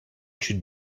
should